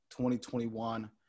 2021